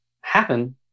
happen